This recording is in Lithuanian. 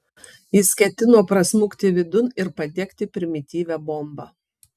jis ketino prasmukti vidun ir padegti primityvią bombą